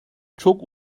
çok